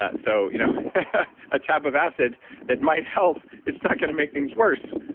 ah so you know a tab of acid that might help is not going to make things worse.